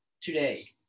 today